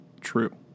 true